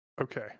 Okay